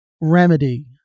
remedy